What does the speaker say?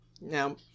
Now